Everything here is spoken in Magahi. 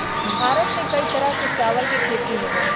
भारत में कई तरह के चावल के खेती होबा हई